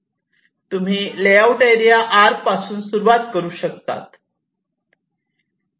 तुम्ही layout area R पासून सुरू सुरुवात करु शकतात